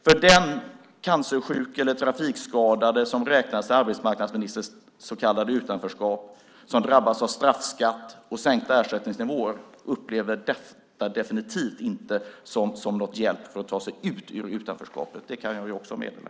För den cancersjuke eller trafikskadade som räknas in i arbetsmarknadsministerns så kallade utanförskap och som drabbas av straffskatt och sänkta ersättningsnivåer är det definitivt inte någon hjälp att ta sig ur utanförskapet - det kan jag också meddela.